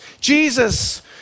Jesus